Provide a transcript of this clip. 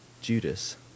Judas